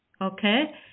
okay